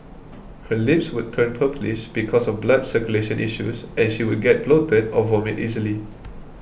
her lips would turn purplish because of blood circulation issues and she would get bloated or vomit easily